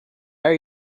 are